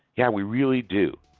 yeah, we really do,